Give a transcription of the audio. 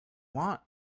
want